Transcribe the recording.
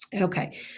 Okay